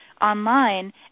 online